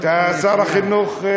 אתה שר החינוך,